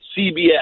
CBS